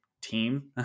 team